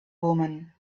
woman